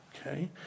okay